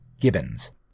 Gibbons